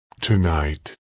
Tonight